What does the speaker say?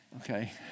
okay